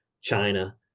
China